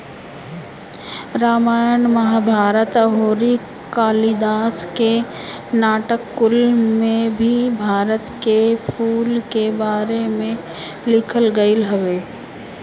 रामायण महाभारत अउरी कालिदास के नाटक कुल में भी भारत के फूल के बारे में लिखल गईल हवे